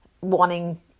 wanting